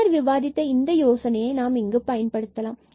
முன்னர் விவாதித்த இதே யோசனையை நாம் பயன்படுத்தலாம்